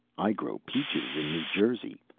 i grow peaches in new jersey,